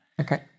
Okay